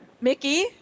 mickey